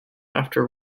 after